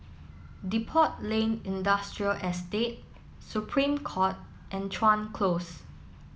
Depot Lane Industrial Estate Supreme Court and Chuan Close